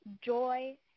joy